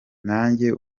nanjye